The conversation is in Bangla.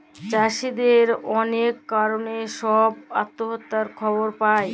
চাষীদের অলেক কারলে ছব আত্যহত্যার খবর পায়